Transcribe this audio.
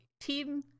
team